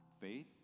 faith